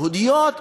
יהודיות,